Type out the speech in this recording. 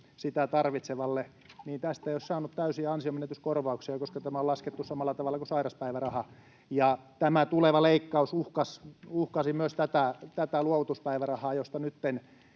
sitä tarvitsevalle, niin tästä ei ole saanut täysiä ansionmenetyskorvauksia, koska tämä on laskettu samalla tavalla kuin sairauspäiväraha. Tämä tuleva leikkaus uhkasi myös tätä luovutuspäivärahaa, ja nytten